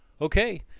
okay